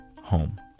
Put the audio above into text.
home